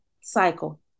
cycle